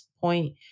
point